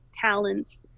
talents